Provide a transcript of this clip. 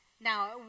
Now